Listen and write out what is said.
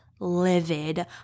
livid